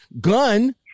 gun